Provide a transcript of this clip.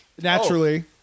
Naturally